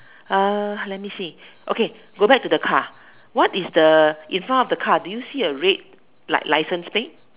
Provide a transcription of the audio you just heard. uh let me see okay go back to the car what is the in front of the car do you see a red like licence plate